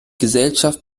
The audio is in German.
gesellschaft